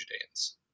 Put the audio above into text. Judeans